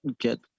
get